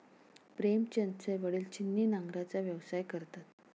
प्रेमचंदचे वडील छिन्नी नांगराचा व्यवसाय करतात